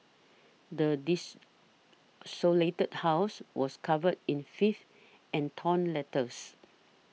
the desolated house was covered in filth and torn letters